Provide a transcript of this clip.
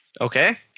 okay